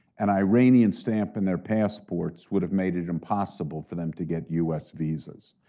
an iranian stamp in their passports would have made it impossible for them to get u s. visas.